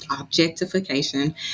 objectification